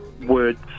words